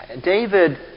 David